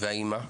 והאימא?